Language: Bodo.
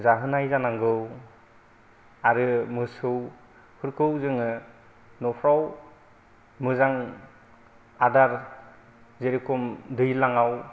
जाहोनाय जानांगौै आरो मोसौफोरखौै जोङो न'फोराव मोजां आदार जेरोखोम दैलांआव